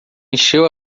encheu